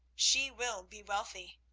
she will be wealthy.